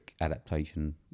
adaptation